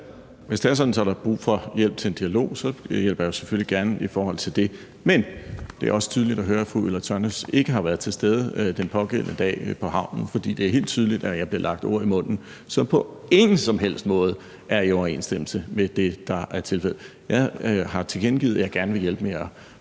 Hvis det er sådan, at der er brug for hjælp til en dialog, så hjælper jeg selvfølgelig gerne med til det. Men det er også tydeligt at høre, at fru Ulla Tørnæs ikke har været til stede den pågældende dag på havnen i Esbjerg. For det er helt tydeligt, at jeg bliver lagt ord i munden, som på ingen som helst måde er i overensstemmelse med det, der er sagt. Jeg har tilkendegivet, at jeg gerne vil hjælpe med at